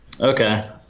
Okay